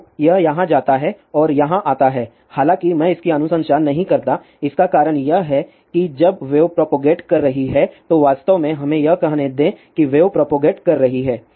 तो यह यहाँ जाता है और यहाँ आता है हालाँकि मैं इसकी अनुशंसा नहीं करता इसका कारण यह है कि जब वेव प्रोपगेट कर रही है तो वास्तव में हमें यह कहने दें कि वेव प्रोपगेट कर रही है